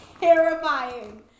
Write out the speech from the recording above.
terrifying